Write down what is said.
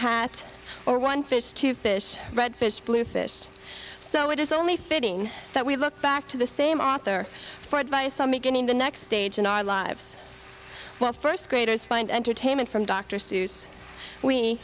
hat or one fish two fish red fish blue fish so it is only fitting that we look back to the same author for advice on beginning the next stage in our lives but first graders find entertainment from dr seuss we